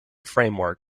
framework